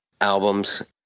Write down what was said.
albums